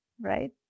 right